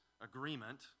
agreement